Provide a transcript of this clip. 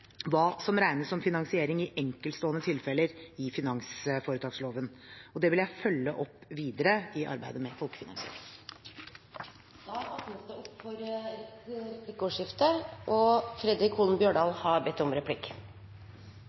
hva som regnes som finansiering i enkeltstående tilfeller i finansforetaksloven. Det vil jeg følge opp videre i arbeidet med folkefinansiering. Det blir replikkordskifte. Eg opplever at det er ein viss nyanseforskjell i komiteen si innstilling og